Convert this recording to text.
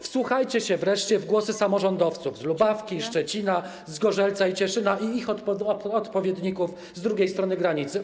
Wsłuchajcie się wreszcie w głosy samorządowców z Lubawki, Szczecina, Zgorzelca i Cieszyna i ich odpowiedników z drugiej strony granicy.